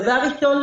דבר ראשון,